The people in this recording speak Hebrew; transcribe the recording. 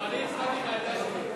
לא, אני הצבעתי בעמדה שלי.